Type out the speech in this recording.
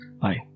bye